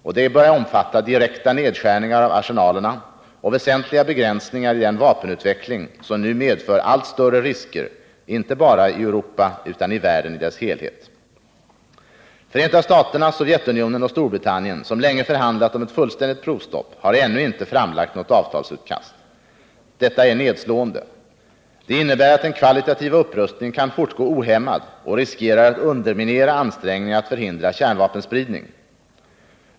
Detta bör omfatta direkta nedskärningar av arsenalerna och väsentliga begränsningar i den vapenutveckling som nu medför allt större risker inte bara i Europa utan i världen i dess helhet. Förenta staterna, Sovjetunionen och Storbritannien, som länge förhandlat om ett fullständigt provstopp, har ännu inte framlagt något avtalsutkast. Detta är nedslående. Det innebär att den kvalitativa kapprustningen kan fortgå ohämmad och riskerar att underminera ansträngningarna att förhindra kärnvapenspridning.